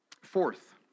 Fourth